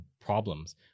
problems